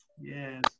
Yes